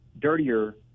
dirtier